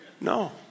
No